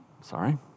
Sorry